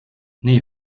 nee